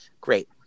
Great